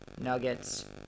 Nuggets